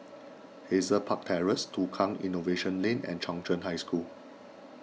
Hazel Park Terrace Tukang Innovation Lane and Chung Cheng High School